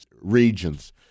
regions